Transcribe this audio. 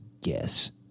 guess